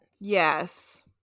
Yes